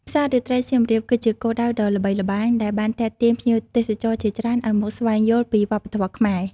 ផ្សាររាត្រីសៀមរាប គឺជាគោលដៅដ៏ល្បីល្បាញ ដែលបានទាក់ទាញភ្ញៀវទេសចរជាច្រើនឱ្យមកស្វែងយល់ពីវប្បធម៌ខ្មែរ។